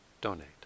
donate